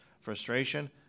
frustration